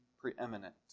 preeminent